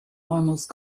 almost